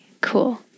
cool